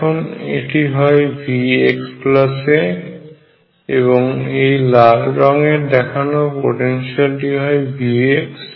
এখন এটি হয় Vxa এবং এই লাল রঙের দেখানো পোটেনশিয়ালটি হয় V